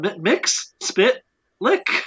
mix-spit-lick